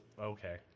Okay